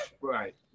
Right